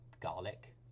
garlic